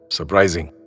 Surprising